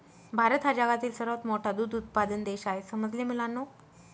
भारत हा जगातील सर्वात मोठा दूध उत्पादक देश आहे समजले मुलांनो